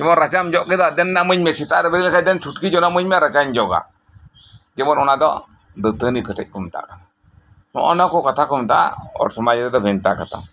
ᱱᱚᱶᱟ ᱨᱟᱪᱟᱢ ᱡᱚᱜ ᱠᱮᱫᱟ ᱫᱮᱱ ᱱᱟ ᱤᱢᱟᱹᱧ ᱢᱮ ᱥᱮᱛᱟᱜ ᱨᱮ ᱵᱮᱨᱮᱫ ᱞᱮᱱᱠᱷᱟᱱ ᱫᱮᱱ ᱪᱷᱩᱴᱠᱤ ᱡᱚᱱᱚᱜ ᱤᱢᱟᱹᱧ ᱢᱮ ᱨᱟᱪᱟᱧ ᱡᱚᱜᱟ ᱡᱮᱢᱚᱱ ᱚᱱᱟᱫᱚ ᱫᱟᱹᱛᱟᱹᱱᱤ ᱠᱟᱰᱮᱡ ᱠᱚ ᱢᱮᱛᱟᱜᱼᱟ ᱱᱚᱜ ᱚᱭ ᱱᱚᱶᱟ ᱠᱚ ᱠᱟᱛᱷᱟᱠᱚ ᱢᱮᱛᱟᱜᱼᱟ ᱦᱚᱲ ᱥᱚᱢᱟᱡᱽ ᱨᱮᱫᱚ ᱵᱷᱮᱱᱛᱟ ᱠᱟᱛᱷᱟ